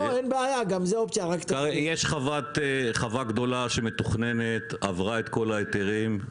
יש חווה גדולה שמתוכננת, עברה את כל ההיתרים,